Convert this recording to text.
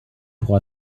pour